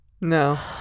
No